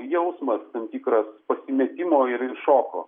jausmas tam tikras pasimetimo ir ir šoko